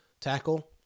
tackle